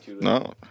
No